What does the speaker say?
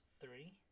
three